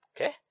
Okay